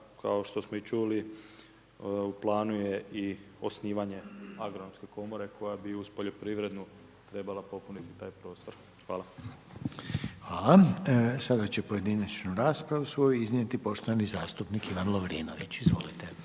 kao što smo i čuli u planu je i osnivanje Agronomske komore koja bi uz poljoprivrednu trebala popuniti taj prostor. Hvala. **Reiner, Željko (HDZ)** Hvala. Sada će pojedinačnu raspravu svoju iznijeti poštovani zastupnik Ivan Lovrinović. Izvolite.